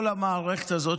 כל המערכת הזאת,